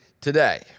today